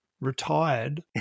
retired